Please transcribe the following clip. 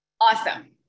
Awesome